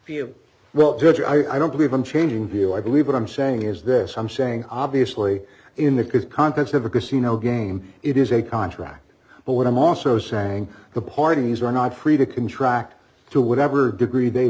view well judge i don't believe in changing view i believe what i'm saying is this i'm saying obviously in the contents of a casino game it is a contract but what i'm also saying the parties are not free to contract to whatever degree they